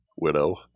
Widow